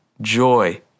joy